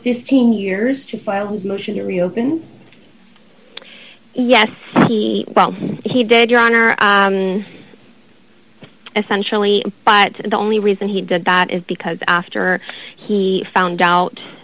fifteen years to file a motion to reopen yes he well he did your honor i essentially but the only reason he did that is because after he found out